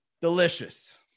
Delicious